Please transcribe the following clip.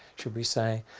should we say.